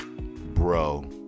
Bro